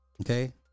Okay